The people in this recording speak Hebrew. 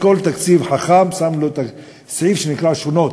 על כל תקציב חכם שמו סעיף שנקרא "שונות",